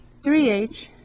3h